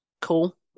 cool